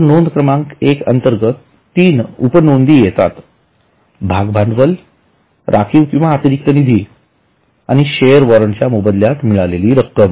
तर नोंद क्रमांक एक अंतर्गत तीन उपनोंदी येतात भाग भांडवलराखीव किंवा अतिरिक्त निधी आणि शेअर वॉरंट च्या मोबदल्यात मिळालेली रक्कम